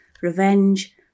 revenge